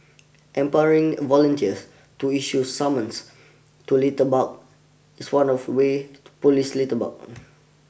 empowering volunteers to issue summons to litterbug is one of way to police litterbugs